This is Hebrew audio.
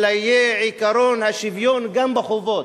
אלא יהיה עקרון השוויון גם בחובות,